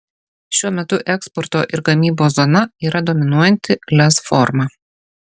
šiuo metu eksporto ir gamybos zona yra dominuojanti lez forma